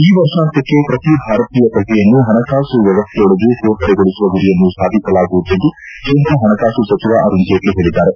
ಈ ವರ್ಷಾಂತ್ಯಕ್ಷೆ ಪ್ರತಿ ಭಾರತೀಯ ಪ್ರಜೆಯನ್ನು ಹಣಕಾಸು ವ್ಯವಸ್ಥೆಯೊಳಗೆ ಸೇರ್ಪಡೆಗೊಳಿಸುವ ಗುರಿಯನ್ನು ಸಾಧಿಸಲಾಗುವುದು ಎಂದು ಕೇಂದ್ರ ಹಣಕಾಸು ಸಚಿವ ಅರುಣ್ ಜೇಟ್ಲಿ ಹೇಳಿದ್ದಾರೆ